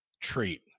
treat